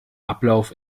ablauf